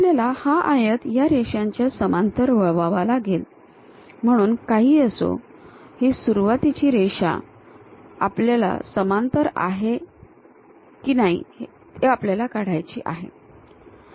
आपल्याला हा आयत या रेषांच्या समांतर वळवावा लागेल म्हणून काहीही असो ही सुरुवातीची रेषा आपल्या समांतर आहे की आपल्याला ती काढायची आहे